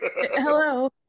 Hello